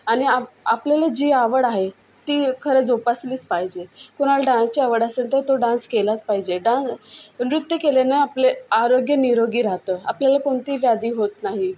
आणि आ आपल्याला जी आवड आहे ती खरं जोपासलीच पाहिजे कुणाला डान्सची आवड असेल तर तो डान्स केलाच पाहिजे डा नृत्य केल्यानं आपले आरोग्य निरोगी राहतं आपल्याला कोणती व्याधी होत नाही